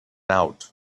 out